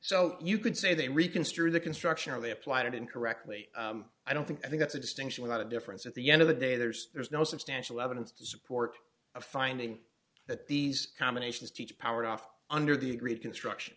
so you could say they reconsider the construction or they applied it incorrectly i don't think i think that's a distinction without a difference at the end of the day there's there's no substantial evidence to support a finding that these combinations teach powered off under the agreed construction